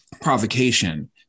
provocation